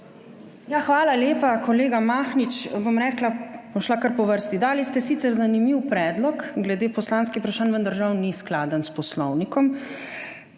hvala lepa, kolega Mahnič. Bom rekla, bom šla kar po vrsti, dali ste sicer zanimiv predlog glede poslanskih vprašanj, vendar žal ni skladen s poslovnikom.